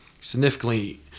significantly